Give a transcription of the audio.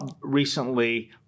recently